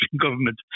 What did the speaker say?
government